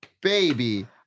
Baby